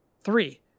Three